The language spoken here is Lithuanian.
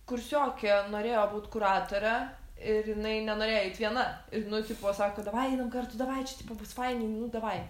kursiokė norėjo būt kuratore ir jinai nenorėjo eit viena ir nu tipo sako davai einam kartu davai čia tipo bus fainiai nu davai